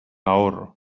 ahorro